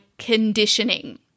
conditioning